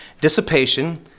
dissipation